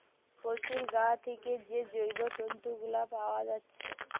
পোশুর গা থিকে যে জৈব তন্তু গুলা পাআ যাচ্ছে